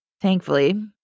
thankfully